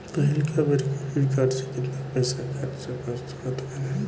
पहिलका बेर credit card से केतना पईसा खर्चा कर सकत बानी?